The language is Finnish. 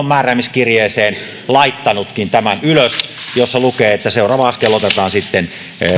määräämiskirjeeseen laittanutkin tämän ylös jossa lukee että seuraava askel otetaan sitten